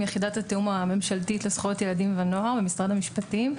מיחידת התיאום הממשלתית לזכויות ילדים ונוער במשרד המשפטים.